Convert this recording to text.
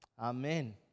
amen